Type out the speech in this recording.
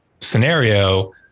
scenario